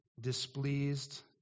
displeased